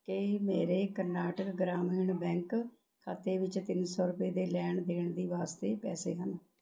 ਕਿ ਮੇਰੇ ਕਰਨਾਟਕ ਗ੍ਰਾਮੀਣ ਬੈਂਕ ਖਾਤੇ ਵਿੱਚ ਤਿੰਨ ਸੌ ਰੁਪਏ ਦੇ ਲੈਣ ਦੇਣ ਦੀ ਵਾਸਤੇ ਪੈਸੇ ਹਨ